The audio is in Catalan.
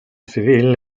civil